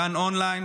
גן אונליין,